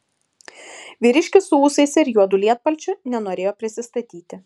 vyriškis su ūsais ir juodu lietpalčiu nenorėjo prisistatyti